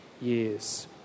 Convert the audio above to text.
years